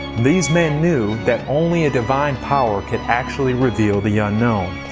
these men new that only a divine power could actually reveal the unknown.